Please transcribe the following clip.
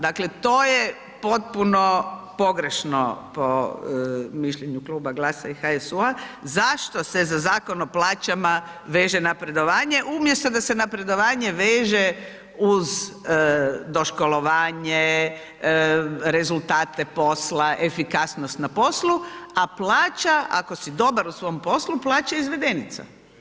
Dakle, to je potpuno pogrešno po mišljenju Kluba GLAS-a i HSU-a, zašto se za Zakon o plaćama veše napredovanje, umjesto da se napredovanje veže uz doškolovanje, rezultate posla, efikasnost na poslu, a plaća ako si dobar u svom poslu, plaća je izvedenica.